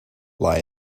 lie